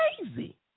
crazy